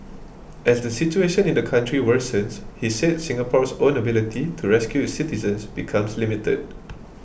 as the situation in the country worsens he said Singapore's own ability to rescue its citizens becomes limited